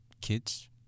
kids